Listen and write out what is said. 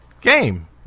game